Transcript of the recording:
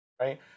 right